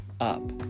up